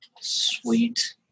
Sweet